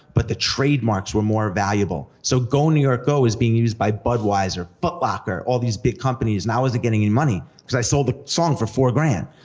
but the trademarks were more valuable. so go, new york, go was being used by budweiser, foot locker, all these big companies, and i wasn't getting any money, cause i sold the song for four grand.